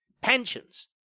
pensions